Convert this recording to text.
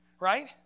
Right